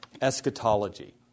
eschatology